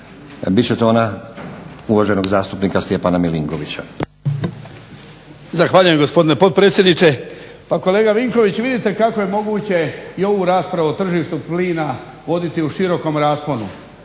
Bit će to ona uvaženog zastupnika Stjepana Milinkovića. **Milinković, Stjepan (HDZ)** Zahvaljujem gospodine potpredsjedniče. Pa kolega Vinković vidite kako je moguće i ovu raspravu o tržištu plina voditi u širokom rasponu